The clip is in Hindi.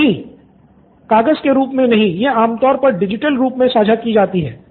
स्टूडेंट 7 नहीं कागज के रूप मे नहीं यह आमतौर पर डिजिटल रूप मे साझा की जाती है